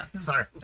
Sorry